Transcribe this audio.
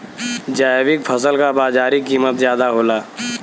जैविक फसल क बाजारी कीमत ज्यादा होला